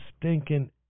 stinking